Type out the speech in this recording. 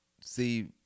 See